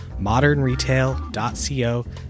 modernretail.co